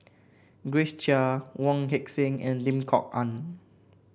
Grace Chia Wong Heck Sing and Lim Kok Ann